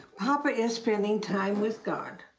papa is spending time with god.